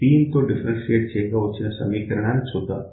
Pin తో differentiate చేయగా వచ్చిన సమీకరణాన్ని చూద్దాం